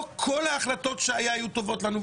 לא כל ההחלטות שהיו, היו טובות לנו.